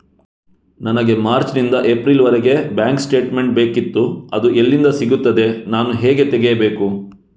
ನನಗೆ ಮಾರ್ಚ್ ನಿಂದ ಏಪ್ರಿಲ್ ವರೆಗೆ ಬ್ಯಾಂಕ್ ಸ್ಟೇಟ್ಮೆಂಟ್ ಬೇಕಿತ್ತು ಅದು ಎಲ್ಲಿಂದ ಸಿಗುತ್ತದೆ ನಾನು ಹೇಗೆ ತೆಗೆಯಬೇಕು?